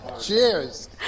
Cheers